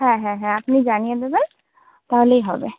হ্যাঁ হ্যাঁ হ্যাঁ আপনি জানিয়ে দেবেন তাহলেই হবে